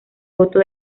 voto